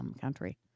country